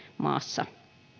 maassa